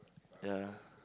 ya